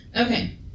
Okay